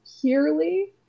purely